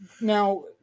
now